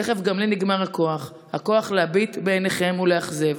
תכף גם לי נגמר הכוח, הכוח להביט בעיניכם ולאכזב.